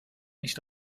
nicht